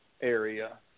area